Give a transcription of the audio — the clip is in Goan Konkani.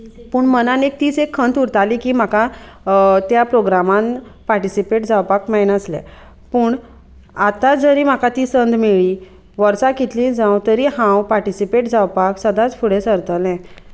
पूण मनांत एक तीस एक खंत उरताली की म्हाका त्या प्रोग्रामान पार्टिसिपेट जावपाक मेळनासलें पूण आतां जरी म्हाका ती संद मेळ्ळी वर्सां कितलीं जावं तरी हांव पार्टिसिपेट जावपाक सदांच फुडें सरतलें